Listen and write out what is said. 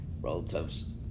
Relative's